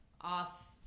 off